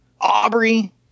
Aubrey